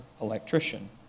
electrician